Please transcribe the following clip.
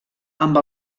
amb